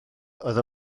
oedd